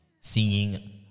singing